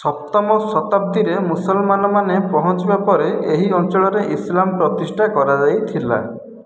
ସପ୍ତମ ଶତାବ୍ଦୀରେ ମୁସଲମାନମାନେ ପହଞ୍ଚିବା ପରେ ଏହି ଅଞ୍ଚଳରେ ଇସଲାମ୍ ପ୍ରତିଷ୍ଠା କରାଯାଇଥିଲା